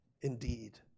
indeed